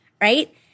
right